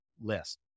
list